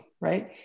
right